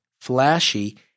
flashy